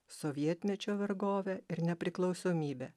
sovietmečio vergovę ir nepriklausomybę